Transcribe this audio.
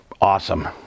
Awesome